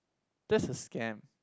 just a scam